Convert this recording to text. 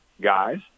guys